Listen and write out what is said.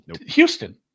Houston